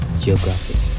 Geographic